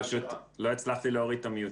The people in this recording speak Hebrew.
פשוט לא הצלחתי להוריד את ה-mute.